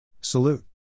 Salute